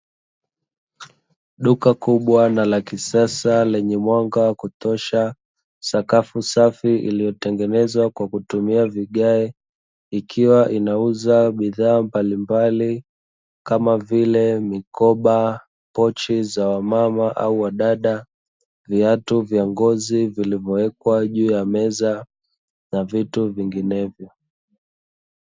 Duka kubwa na la kisasa lenye mwanga wa kutosha, sakafu safi iliyotengenezwa kwa kutumia vigae ikiwa inauza bidhaa mbalimbali kama vile mikoba, pochi za wamama au wadada, viatu vya ngozi vilivyowekwa juu ya meza na vitu vinginevyo.